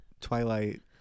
Twilight